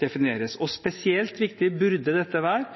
defineres. Spesielt viktig burde dette være